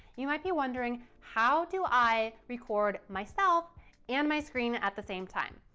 you might be wondering how do i record myself and my screen at the same time?